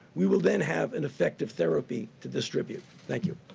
we will then have an effective therapy to distribute. thank you.